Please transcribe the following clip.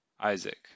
Isaac